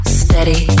steady